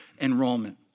enrollment